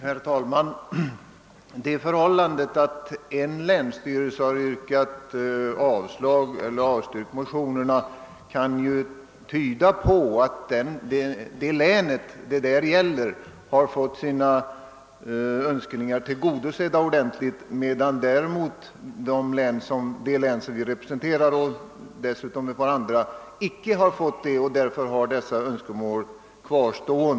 Herr talman! Det förhållandet att en länsstyrelse har avstyrkt motionerna kan tyda på att ifrågavarande län har fått sina önskningar tillgodosedda ordentligt, medan däremot det län som vi motionärer representerar och dessutom ett par andra län icke har fått det, varför önskemålen kvarstår.